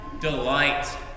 delight